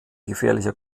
gefährlicher